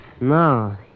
No